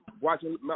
watching